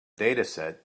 dataset